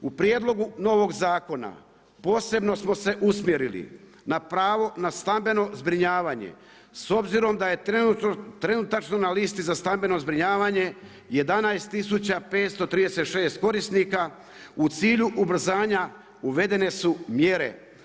U prijedlogu novog zakona posebno smo se usmjerili na pravo na stambeno zbrinjavanje s obzirom da je trenutačno na listi za stambeno zbrinjavanje 11 tisuća 536 korisnika u cilju ubrzanja uvedene su mjere.